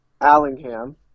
Allingham